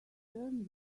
discern